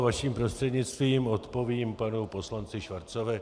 Vaším prostřednictvím odpovím panu poslanci Schwarzovi.